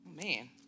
Man